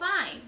fine